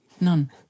none